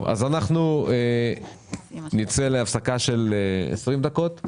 אנחנו נצא להפסקה של 20 דקות,